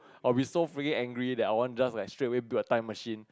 I will be so freaking angry that I want just like straightaway build a time machine